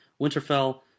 Winterfell